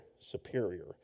superior